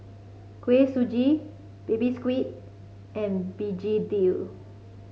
Kuih Suji Baby Squid and begedil